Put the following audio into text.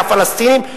מהפלסטינים.